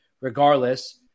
regardless